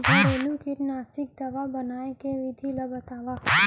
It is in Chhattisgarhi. घरेलू कीटनाशी दवा बनाए के विधि ला बतावव?